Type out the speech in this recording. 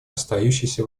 остающейся